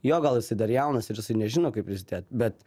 jo gal jisai dar jaunas ir jisai nežino kaip prisidėt bet